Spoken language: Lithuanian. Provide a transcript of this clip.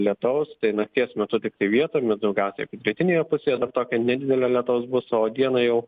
lietaus nakties metu tiktai vietomis daugiausiai pietinėje pusėje tokio nedidelio lietaus bus o dieną jau